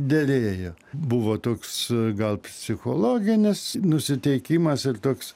derėjo buvo toks gal psichologinis nusiteikimas ir toks